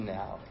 now